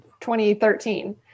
2013